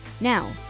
Now